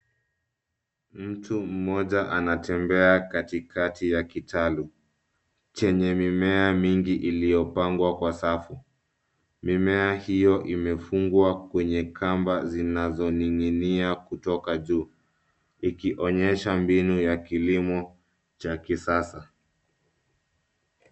Mtu mmoja anatembea katikati ya kitalu chenye mimea mingi iliyopangwa kwa safu. Mimea hiyo imefungwa kwenye kamba zinazoning'inia kutoka juu, ikionyesha mbinu ya kilimo cha kisasa.